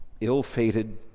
ill-fated